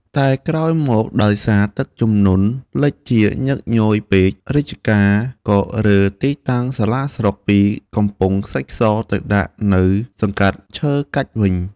តែក្រោយមក ដោយសារទឹកជំនន់លិចជាញឹកញយពេក រាជការក៏រើទីតាំងសាលាស្រុកពីកំពង់ខ្សាច់ស ទៅដាក់នៅ សង្កាត់ឈើកាច់ វិញ។